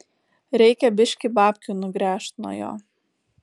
reikia biškį babkių nugręžt nuo jo